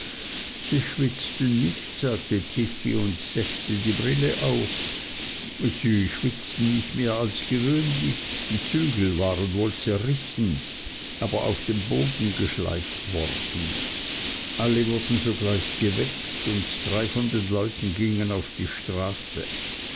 sie schwitzten nicht sagte tiffey und setzte die brille auf sie schwitzten nicht mehr als gewöhnlich die zügel waren wohl zerrissen aber auf dem boden geschleift worden alle wurden sogleich geweckt und drei von den leuten gingen auf die straße